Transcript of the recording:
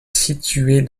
située